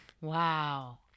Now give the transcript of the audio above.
Wow